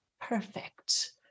perfect